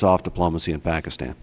soft diplomacy in pakistan